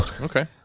Okay